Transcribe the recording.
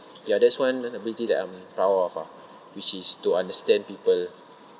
ya that's one of the ability that I'm proud of ah which is to understand people